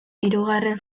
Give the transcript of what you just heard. hirugarren